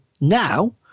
now